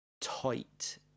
tight